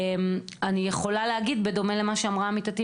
אני יכולה להגיד בדומה למה שאמרה עמיתתי